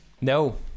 No